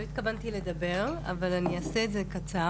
לא התכוונתי לדבר, אבל אני אעשה את זה קצר.